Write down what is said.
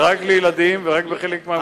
זה רק לילדים ורק בחלק מהמקומות.